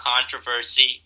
controversy